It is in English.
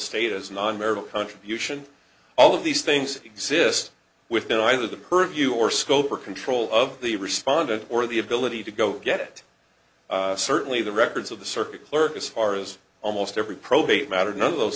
state as non marital contribution all of these things exist within either the purview or scope or control of the respondent or the ability to go get certainly the records of the circuit clerk as far as almost every probate matter none of those